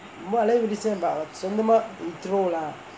வலையே விரிச்சா சொந்தமா:valaiyae virichaa sonthamaa he throw lah